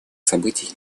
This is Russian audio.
событий